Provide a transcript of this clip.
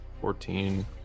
fourteen